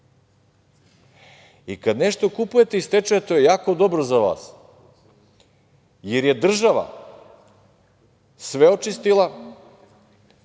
Kada nešto kupujete iz stečaja, to je jako dobro za vas, jer je država sve očistila,